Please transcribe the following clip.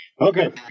Okay